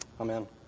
Amen